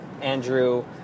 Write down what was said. Andrew